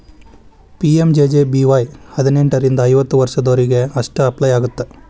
PMJJBY ಹದಿನೆಂಟರಿಂದ ಐವತ್ತ ವರ್ಷದೊರಿಗೆ ಅಷ್ಟ ಅಪ್ಲೈ ಆಗತ್ತ